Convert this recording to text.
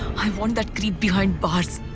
i want that creep behind bars.